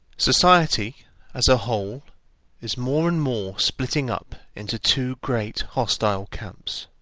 society as a whole is more and more splitting up into two great hostile camps,